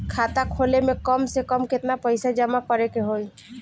खाता खोले में कम से कम केतना पइसा जमा करे के होई?